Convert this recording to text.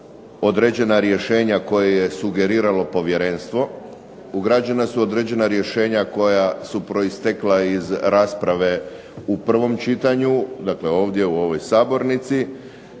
određena rješenja koje je sugeriralo povjerenstvo, ugrađena su određena rješenja koja su proistekla iz rasprave u prvom čitanju, dakle ovdje u ovoj sabornici,